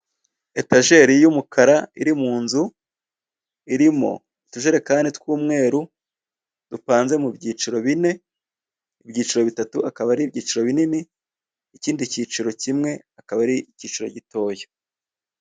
Epesheri y'umukara iri mu nzu irimo utujerekani tw'umweru dupanze mu byiciro bine ibyiciro bitatu akaba ari ibyiciro binini ikindi cyiciro kimwe akaba ari icyiciro gitoya.